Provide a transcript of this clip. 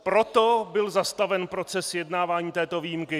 Proto byl zastaven proces vyjednávání této výjimky.